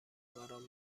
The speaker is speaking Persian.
رهبران